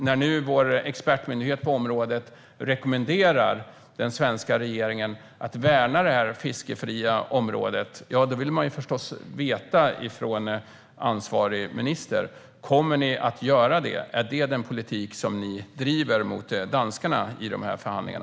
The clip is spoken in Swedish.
När nu vår expertmyndighet på området rekommenderar den svenska regeringen att värna det fiskefria området vill man förstås veta från ansvarig minister: Kommer ni att göra det? Är det den politik som ni driver mot danskarna i dessa förhandlingar?